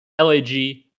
LAG